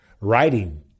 writing